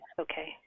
Okay